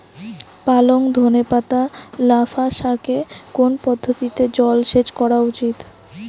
পালং ধনে পাতা লাফা শাকে কোন পদ্ধতিতে জল সেচ করা উচিৎ?